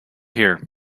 here